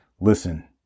Listen